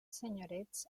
senyorets